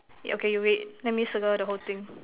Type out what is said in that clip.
yeah K you wait let me circle the whole thing